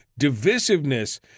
divisiveness